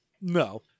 No